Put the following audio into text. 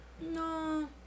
No